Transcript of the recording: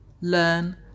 learn